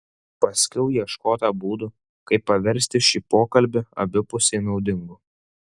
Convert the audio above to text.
paskiau ieškota būdų kaip paversti šį pokalbį abipusiai naudingu